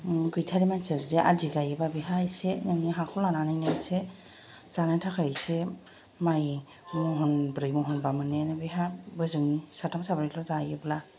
गैथारै मानसिआ जुदि आदि गायोब्ला बेहा एसे मोननो हाखौ लानानै एसे जानो थाखाय एसे माइ महनब्रै महनबा मोननायानो बेहा बोजोंनि साथाम साब्रैल' जायोब्ला